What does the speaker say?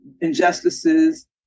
injustices